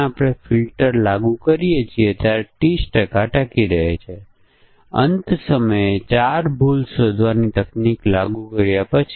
અને આપણી પાસે ઇનપુટ પરિમાણ c 1 સાચું છે અને c 2 સાચુ છે અથવા c 3 સાચુ છે તો આપણી પાસે ક્રિયા A 1 છે